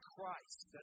Christ